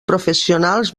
professionals